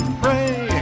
pray